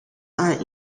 are